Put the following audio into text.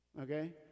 Okay